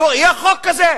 יהיה חוק כזה.